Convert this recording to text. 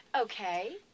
Okay